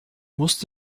musst